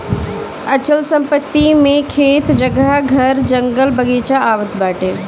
अचल संपत्ति मे खेत, जगह, घर, जंगल, बगीचा आवत बाटे